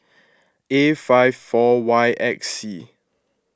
A five four Y X C